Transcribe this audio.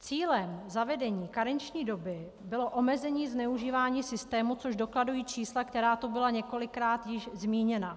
Cílem zavedení karenční doby bylo omezení zneužívání systému, což dokladují čísla, která tu byla několikrát již zmíněna.